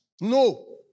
No